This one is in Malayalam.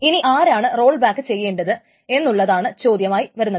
ഇനി ആരാണ് റോൾബാക്ക് ചെയ്യേണ്ടത് എന്നുള്ളതാണ് ചൊദ്യമായി വരുന്നത്